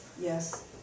Yes